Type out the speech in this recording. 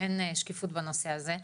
אין שקיפות בנושא הזה.